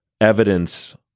evidence